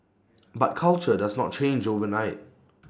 but culture does not change overnight